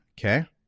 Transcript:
Okay